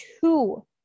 two